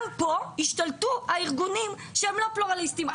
גם פה השתלטו הארגונים שהם לא פלורליסטים.